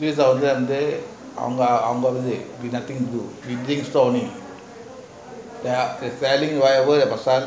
அது வந்து அவங்க அவங்க வந்து:athu vanthu avanga avanga vanthu cooking stall only